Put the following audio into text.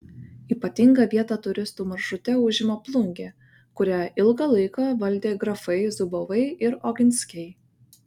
ypatingą vietą turistų maršrute užima plungė kurią ilgą laiką valdė grafai zubovai ir oginskiai